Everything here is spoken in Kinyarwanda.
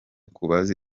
kubaza